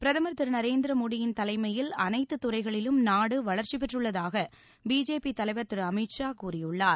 பிரதமர் நரேந்திர மோடியின் தலைமையில் அனைத்துத் துறைகளிலும் நாடு வளர்ச்சி பெற்றுள்ளதாக பிஜேபி தலைவர் திரு அமித் ஷா கூறியுள்ளார்